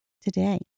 today